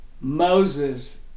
Moses